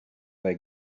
they